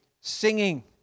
singing